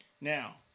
Now